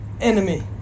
enemy